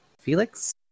felix